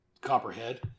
Copperhead